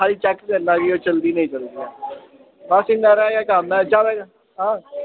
हां खाल्ली चैक्क करी लैएओ चलदी नेईं चलदी बस इन्ना हारा गै कम्म ऐ जैदा